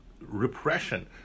repression